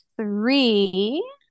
three